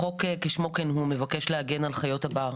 החוק כשמו כן הוא, מבקש להגן על חיות הבר.